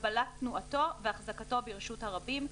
הגבלת תנועתו והחזקתו ברשות הרבים,